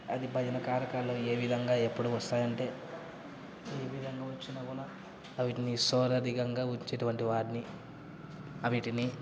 అది భజన కార్యక్రాలు ఏ విధంగా ఎప్పుడు వస్తాయి అంటే ఏ విధంగా వచ్చిన కూడా అవీటిని సర్వధికంగ వచ్చేటువంటి వారిని అవీటిని